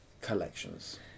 collections